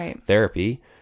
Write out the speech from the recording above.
therapy